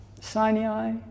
Sinai